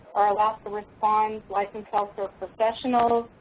our alaska respond licensed healthcare professionals